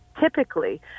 typically